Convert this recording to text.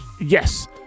Yes